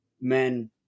men